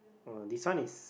oh this one is